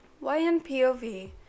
Y-N-P-O-V